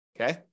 Okay